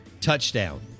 touchdown